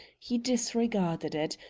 he disregarded it,